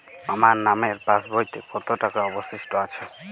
আমার নামের পাসবইতে কত টাকা অবশিষ্ট আছে?